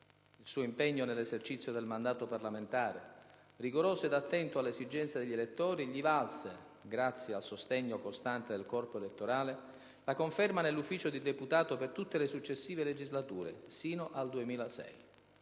Il suo impegno nell'esercizio del mandato parlamentare, rigoroso e attento alle esigenze degli elettori, gli valse, grazie al sostegno costante del corpo elettorale, la conferma nell'ufficio di deputato per tutte le successive Legislature, fino al 2006.